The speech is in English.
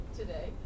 today